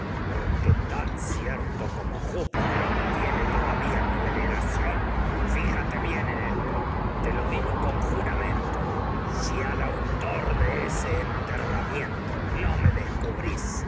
porque tan cierto como júpiter en obtiene todavía veneraciónfíjate bien esto te lo digo con jura mento brís y si al autor de ese enterramiento no me